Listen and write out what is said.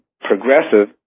progressive